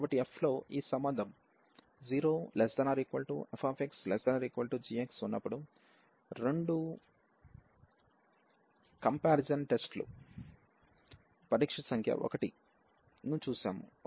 కాబట్టి f లో ఈ సంబంధం 0≤fx≤gxఉన్నప్పుడు రెండు కంపారిజాన్ టెస్ట్ లు లు పరీక్ష సంఖ్య 1 ను చూశాము